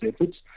efforts